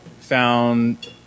found